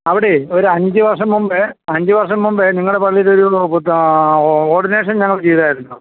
അവിടെ ഒരഞ്ച് വർഷം മുമ്പേ അഞ്ചു വർഷം മുമ്പേ നിങ്ങളുടെ പള്ളിയിൽ ഒരു ഓഡിനേഷൻ ഞങ്ങൾ ചെയ്തായിരുന്നു